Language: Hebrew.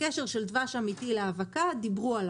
על הקשר של דבש אמיתי להאבקה דיברו.